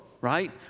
right